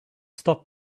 stop